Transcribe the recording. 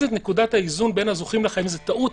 את נקודת האיזון בין הזוכים לחייבים וזו טעות,